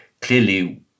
clearly